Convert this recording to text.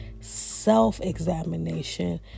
self-examination